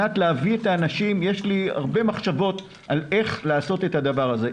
יש לי הרבה מחשבות על איך לעשות את הדבר הזה.